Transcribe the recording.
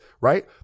right